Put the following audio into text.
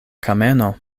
kameno